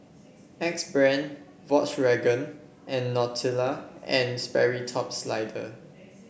Axe Brand Volkswagen and Nautica And Sperry Top Sider